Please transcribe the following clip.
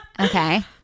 okay